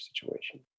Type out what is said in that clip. situation